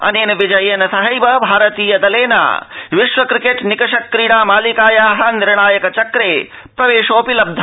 अनेन विजयेन सहक्ष भारतीयदलेन विश्व क्रिकेट् निकष क्रीडा मालिकाया निर्णायक चक्रे प्रवेशोऽपि संप्राप्त